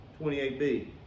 28B